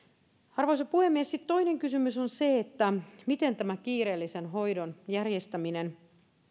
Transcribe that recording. arvoisa puhemies sitten toinen kysymys on se miten tämä kiireellisen hoidon järjestäminen